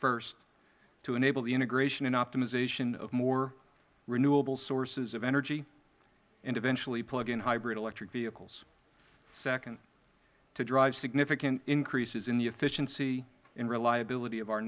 first to enable the integration and optimization of more renewable sources of energy and eventually plug in hybrid electric vehicles second to drive significant increases in the efficiency and reliability of our